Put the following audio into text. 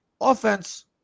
offense